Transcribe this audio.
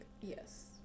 yes